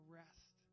rest